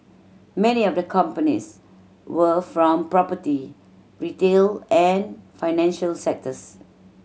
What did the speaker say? many of the companies were from property retail and financial sectors